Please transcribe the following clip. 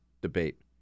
debate